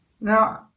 Now